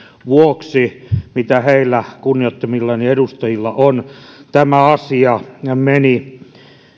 vuoksi mitä heillä kunnioittamillani edustajilla on tämä asia meni